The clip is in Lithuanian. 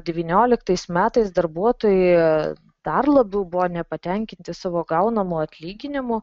devynioliktais metais darbuotojai dar labiau buvo nepatenkinti savo gaunamu atlyginimu